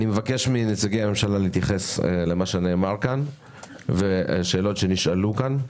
אבקש מנציגי הממשלה להתייחס למה שנאמר כאן ולשאלות שנשאלו כאן,